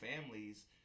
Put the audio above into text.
families